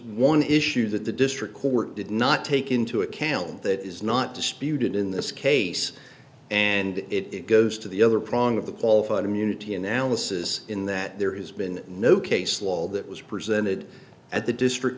one issue that the district court did not take into account that is not disputed in this case and it goes to the other problem of the qualified immunity analysis in that there has been no case law that was presented at the district